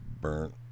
burnt